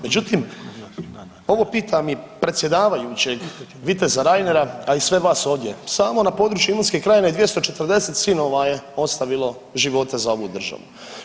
Međutim ovo pitam i predsjedavajućeg viteza Reinera, a i sve vas ovdje, samo na području Imotske krajine 240 sinova je ostavilo živote za ovu državu.